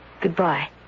Goodbye